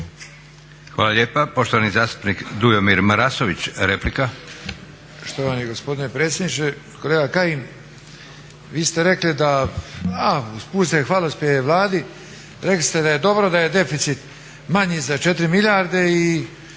Hvala lijepa. Poštovani zastupnik Dujomir Marasović, replika.